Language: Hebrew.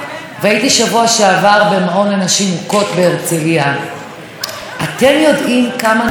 אתם יודעים כמה נשים נשארות בחוץ ולא יכולות להיכנס פנימה?